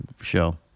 show